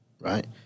right